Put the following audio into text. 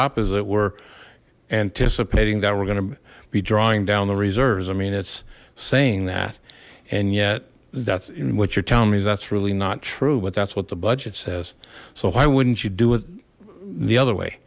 opposite we're anticipating that we're going to be drawing down the reserves i mean it's saying that and yet that's what you're telling me is that's really not true but that's what the budget says so why wouldn't you do with the other way